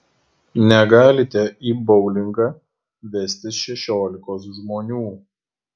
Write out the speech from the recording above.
negalite į boulingą vestis šešiolikos žmonių